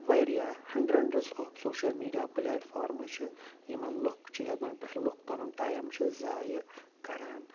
واریاہ hundreds of social media پٕلیٹفارمہٕ چھِ یِمَن لُکھ چھِ یِمَن پٮ۪ٹھ لُکھ پَنُن ٹایم چھِ ضایع کَران